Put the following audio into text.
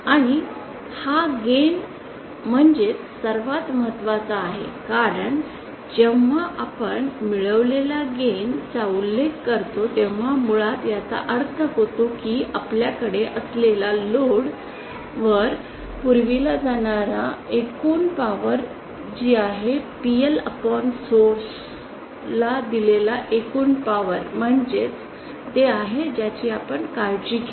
आणि हा गेन म्हणजे सर्वात महत्वाचा आहे कारण जेव्हा आपण मिळवलेल्या गेन चा उल्लेख करतो तेव्हा मुळात याचा अर्थ होतो की आपल्याकडे असलेल्या लोड वर पुरविली जाणारी एकूण पॉवर जी आहे PL सोर्स ला दिलेली एकूण पॉवर म्हणजे ते आहे ज्याची आपण काळजी घेतो